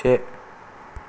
से